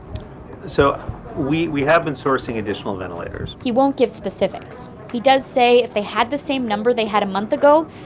so we we have been sourcing additional ventilators he won't give specifics. he does say if they had the same number they had a month ago,